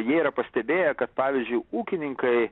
jie yra pastebėję kad pavyzdžiui ūkininkai